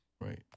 Right